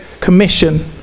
commission